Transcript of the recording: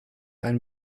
ein